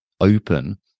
open